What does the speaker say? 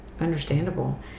understandable